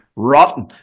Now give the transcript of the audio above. rotten